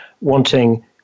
wanting